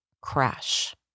crash